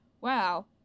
wow